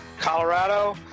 Colorado